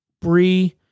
Bree